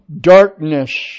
darkness